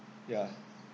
ya